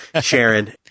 Sharon